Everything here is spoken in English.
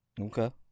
Okay